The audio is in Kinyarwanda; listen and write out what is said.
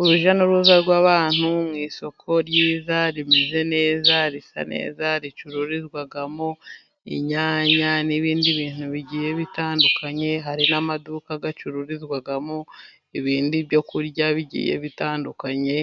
Urujya n'uruza rw'abantu mu isoko ryiza, rimeze neza, risa neza, ricururizwamo inyanya n'ibindi bintu bigiye bitandukanye, hari n'amaduka acururizwamo ibindi byo kurya bigiye bitandukanye,